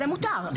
זה מותר,